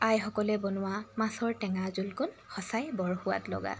আইসকলে বনোৱা মাছৰ টেঙা জোলকণ সঁচাই বৰ সোৱাদ লগা